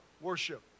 worship